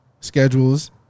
schedules